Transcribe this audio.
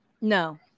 No